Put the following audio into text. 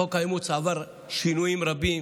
חוק האימוץ עבר שינויים רבים,